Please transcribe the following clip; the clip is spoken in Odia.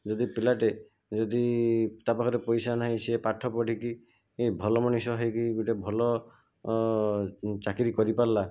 ଯଦି ପିଲାଟିଏ ଯଦି ତା' ପାଖରେ ପଇସା ନାହିଁ ସେ ପାଠ ପଢ଼ିକି ଭଲ ମଣିଷ ହୋଇକି ଗୋଟିଏ ଭଲ ଚାକିରି କରିପାରିଲା